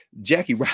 Jackie